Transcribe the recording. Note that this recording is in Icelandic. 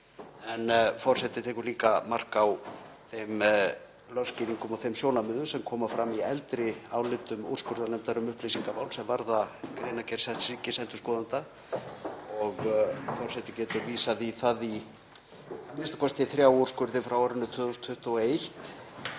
En forseti tekur líka mark á þeim lögskýringum og sjónarmiðum sem koma fram í eldri álitum úrskurðarnefndar um upplýsingamál sem varða greinargerð setts ríkisendurskoðanda, og forseti getur vísað í a.m.k. þrjá úrskurði frá árinu 2021